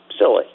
Silly